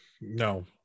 No